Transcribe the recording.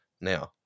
Now